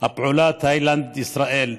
הפעולה תאילנד ישראל,